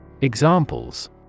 Examples